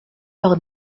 par